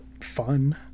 fun